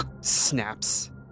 snaps